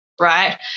right